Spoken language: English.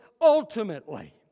ultimately